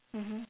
mmhmm